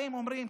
באים אומרים,